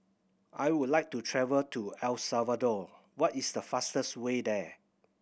I would like to travel to El Salvador what is the fastest way there